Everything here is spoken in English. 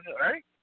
right